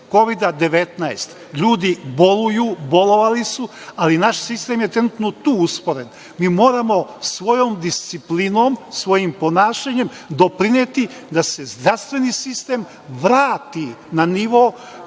Kovida–19. Ljudi boluju, bolovali su, ali naš sistem je trenutno tu usporen. Mi moramo svojom disciplinom, svojim ponašanjem doprineti da se zdravstveni sistem vrati na nivo